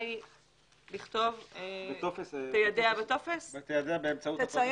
תיידע באמצעות הטופס.